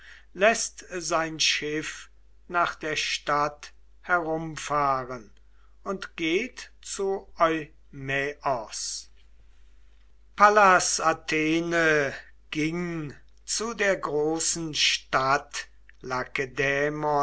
läßt sein schiff nach der stadt herumfahren und geht zu eumaios pallas athene ging zu der großen stadt